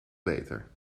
beter